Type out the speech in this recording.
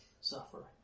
suffering